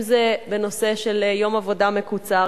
אם זה בנושא של יום עבודה מקוצר,